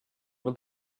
will